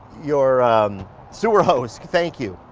your sewer hose. thank you.